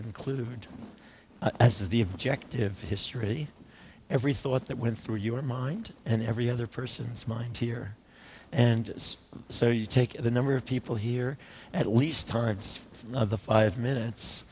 include as the objective history every thought that went through your mind and every other person's mind here and is so you take the number of people here at least times four of the five minutes